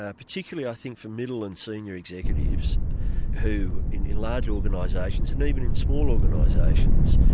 ah particularly i think for middle and senior executives who in large organisations, and even in small organisations,